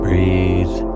Breathe